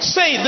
Say